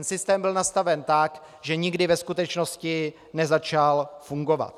Ten systém byl nastaven tak, že nikdy ve skutečnosti nezačal fungovat.